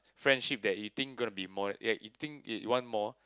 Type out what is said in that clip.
friendship that you think gonna be more that you think you want more